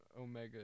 Omega